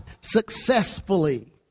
successfully